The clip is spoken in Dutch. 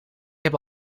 heb